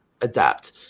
adapt